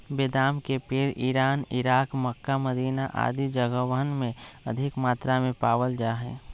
बेदाम के पेड़ इरान, इराक, मक्का, मदीना आदि जगहवन में अधिक मात्रा में पावल जा हई